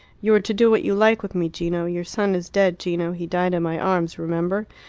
you are to do what you like with me, gino. your son is dead, gino. he died in my arms, remember.